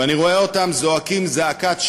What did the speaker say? ואני רואה אותם זועקים זעקת שבר.